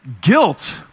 guilt